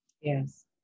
Yes